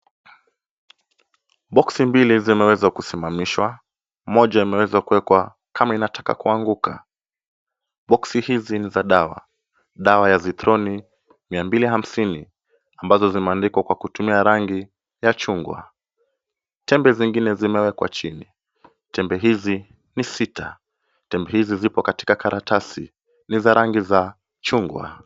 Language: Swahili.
Boksi mbili zimeweza kusimamishwa. Moja imeweza kuwekwa kama inataka kuanguka. Boksi hizi ni za dawa, dawa ya Zythromin mia mbili hamsini ambazo zimeandikwa kwa kutumia rangi ya chugwa. Tembe zingine zimewekwa chini. Tembe hizi ni sita. Tembe hizi zipo katika karatasi ni za rangi za chungwa.